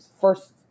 first